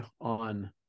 on